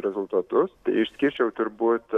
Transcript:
rezultatus tai išskirčiau turbūt